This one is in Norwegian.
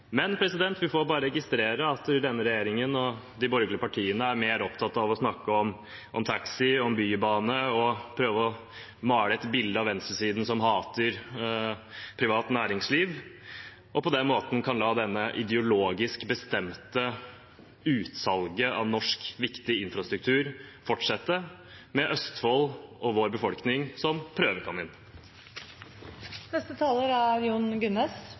Men vi får bare registrere at denne regjeringen og de borgerlige partiene er mer opptatt av å snakke om taxi og bybane og av å prøve å male et bilde av venstresiden som noen som hater privat næringsliv. På den måten kan de la dette ideologisk bestemte utsalget av norsk viktig infrastruktur fortsette – med Østfold og vår befolkning som